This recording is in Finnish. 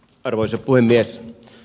arvoisa puhemies